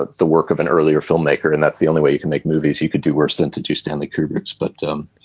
but the work of an earlier filmmaker and that's the only way you can make movies you could do worse than to do stanley kubrick split. um